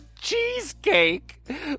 cheesecake